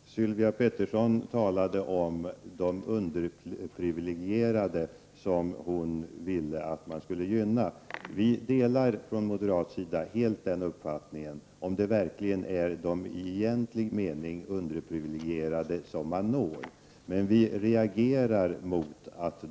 Herr talman! Sylvia Pettersson talade om de underprivilegierade som man enligt hennes önskan borde gynna. Vi moderater delar helt den uppfattningen, förutsatt att man når de i egentlig mening underprivilegierade. Däremot reagerar vi